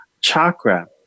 chakra